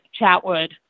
Chatwood